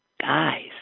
guys